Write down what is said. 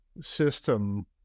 system